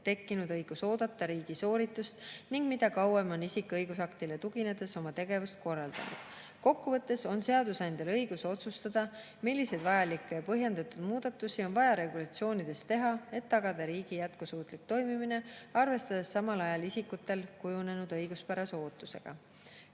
tekkinud õigus oodata riigi sooritust ning mida kauem on isik õigusaktile tuginedes oma tegevust korraldanud. Kokkuvõttes on seadusandjal õigus otsustada, milliseid vajalikke põhjendatud muudatusi on vaja regulatsioonides teha, et tagada riigi jätkusuutlik toimimine, arvestades samal ajal isikutel kujunenud õiguspärase ootusega. Kolmas